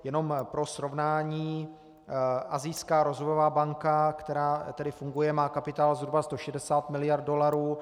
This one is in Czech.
Jenom pro srovnání, Asijská rozvojová banka, která funguje, má kapitál zhruba 160 mld. dolarů.